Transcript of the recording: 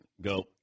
Go